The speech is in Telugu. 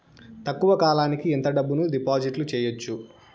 తక్కువ కాలానికి ఎంత డబ్బును డిపాజిట్లు చేయొచ్చు?